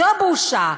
זו בושה.